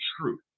truth